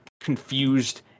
confused